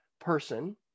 person